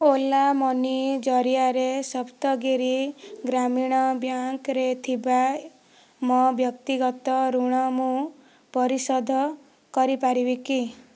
Ola money ଜରିଆରେ Saptagiri Gramin bank ରେ ଥିବା ମୋ ବ୍ୟକ୍ତିଗତ ଋଣ ମୁଁ ପରିଶୋଧ କରିପାରିବି କି